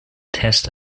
test